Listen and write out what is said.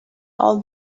all